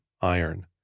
iron